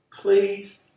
please